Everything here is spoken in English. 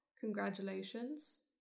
Congratulations